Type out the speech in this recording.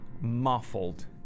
muffled